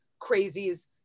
crazies